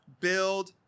build